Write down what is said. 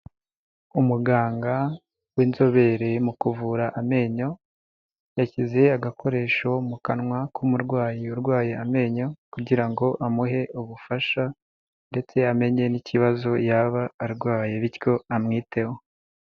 Umuganga w'inzobere mu kuvura amenyo, yashyize agakoresho mu kanwa k'umurwayi urwaye amenyo kugira ngo amuhe ubufasha ndetse amenye n'ikibazo yaba arwaye bityo amwiteho.